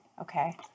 Okay